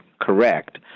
correct